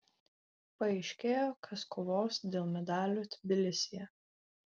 paaiškėjo kas kovos dėl medalių tbilisyje